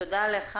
תודה לך.